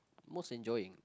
most enjoying